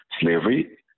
slavery